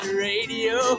radio